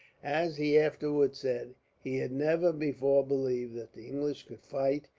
as he afterwards said, he had never before believed that the english could fight,